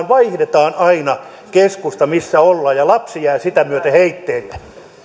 vaihdetaan aina keskusta missä ollaan ja lapsi jää sitä myöten heitteille